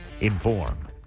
Inform